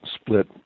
split